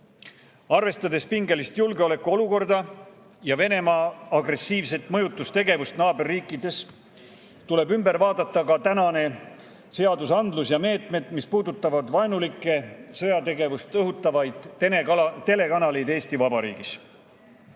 Arvestades pingelist julgeolekuolukorda ja Venemaa agressiivset mõjutustegevust naaberriikides, tuleb ümber vaadata ka tänane seadusandlus ja meetmed, mis puudutavad vaenulikke, sõjategevust õhutavaid [Vene] telekanaleid Eesti Vabariigis.